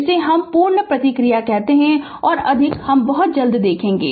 इसे हम पूर्ण प्रतिक्रिया कहते हैं और अधिक हम बहुत जल्द देखेंगे